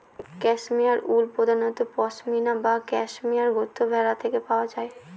cashmere wool প্রধানত পসমিনা বা cashmere গোত্রের ভেড়া থেকে পাওয়া যায়